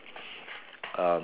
um